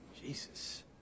jesus